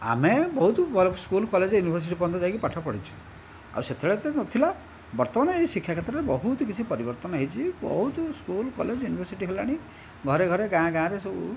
ଆମେ ବହୁତ ଭଲ ସ୍କୁଲ କଲେଜ ୟୁନିଭରସିଟି ପର୍ଯ୍ୟନ୍ତ ଯାଇକି ପାଠ ପଢ଼ିଛୁ ଆଉ ସେତେବେଳେ ଏତେ ନ ଥିଲା ବର୍ତ୍ତମାନେ ଏଇ ଶିକ୍ଷା କ୍ଷେତ୍ରରେ ବହୁତ କିଛି ପରିବର୍ତ୍ତନ ହୋଇଛି ବହୁତ ସ୍କୁଲ କଲେଜ ୟୁନିଭରସିଟି ହେଲାଣି ଘରେ ଘରେ ଗାଁ ଗାଁରେ ସବୁ